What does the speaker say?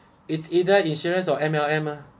it's either insurance or M_L_M ah